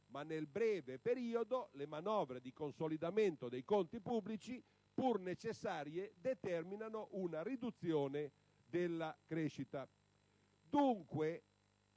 ma nel breve periodo le manovre di consolidamento dei conti pubblici, pur necessarie, determinano - ripeto - una riduzione della crescita.